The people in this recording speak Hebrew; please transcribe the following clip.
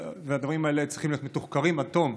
והדברים האלה היו צריכים להיות מתוחקרים עד תום.